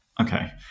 Okay